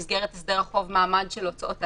במסגרת הסדר החוב מעמד של הוצאות הליך.